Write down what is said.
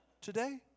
today